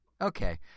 Okay